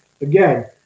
again